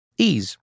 ease